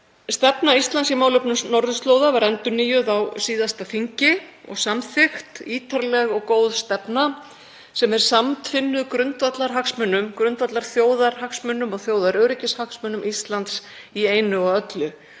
Stefna Íslands í málefnum norðurslóða var endurnýjuð á síðasta þingi og samþykkt ítarleg og góð stefna sem er samtvinnuð grundvallarhagsmunum, grundvallarþjóðarhagsmunum og þjóðaröryggishagsmunum Íslands í einu og öllu.